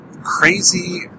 crazy